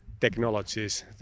technologies